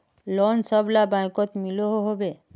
Loan सबला बैंकोत मिलोहो होबे?